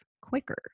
quicker